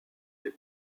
est